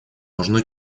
должно